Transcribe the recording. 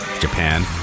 Japan